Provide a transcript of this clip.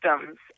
systems